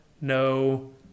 no